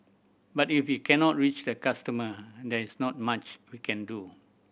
but if we cannot reach the customer there is not much we can do